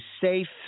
safe